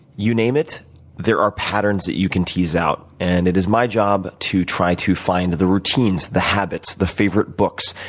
you name it there are patterns that you can tease out. and it is my job to try to find the routines, the habits, the favorite books,